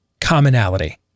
commonality